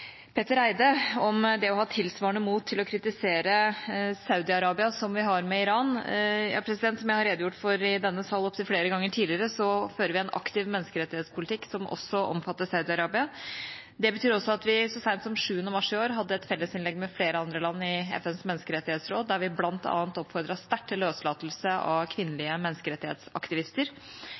Petter Eide om det å ha tilsvarende mot til å kritisere Saudi-Arabia som vi har overfor Iran. Som jeg har redegjort for i denne salen opptil flere ganger tidligere, fører vi en aktiv menneskerettighetspolitikk som også omfatter Saudi-Arabia. Det betyr at vi så sent som 7. mars i år hadde et fellesinnlegg med flere andre land i FNs menneskerettighetsråd, der vi bl.a. oppfordret sterkt til løslatelse av kvinnelige menneskerettighetsaktivister.